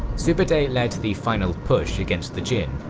sube'etei led the final push against the jin,